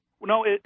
No